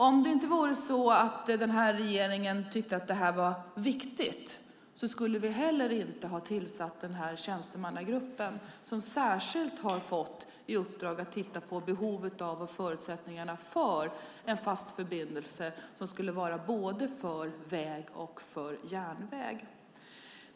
Om det inte vore så att regeringen tyckte att det här var viktigt skulle vi inte heller ha tillsatt den här tjänstemannagruppen som särskilt har fått i uppdrag att titta på behovet av och förutsättningarna för en fast förbindelse för både väg och järnväg.